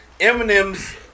Eminem's